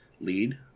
lead